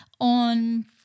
on